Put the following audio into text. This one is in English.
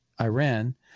Iran